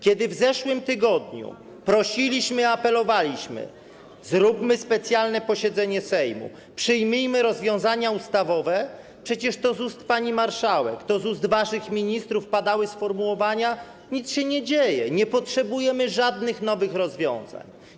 Kiedy w zeszłym tygodniu prosiliśmy i apelowaliśmy: zróbmy specjalne posiedzenie Sejmu, przyjmijmy rozwiązania ustawowe, to przecież z ust pani marszałek, z ust waszych ministrów padały sformułowania, że nic się nie dzieje, że nie potrzebujemy żadnych nowych rozwiązań.